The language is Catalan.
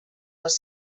als